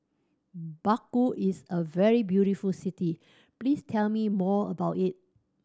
Baku is a very beautiful city please tell me more about it